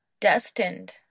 destined